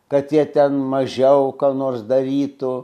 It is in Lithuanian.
kad jie ten mažiau ką nors darytų